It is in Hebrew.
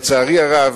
לצערי הרב,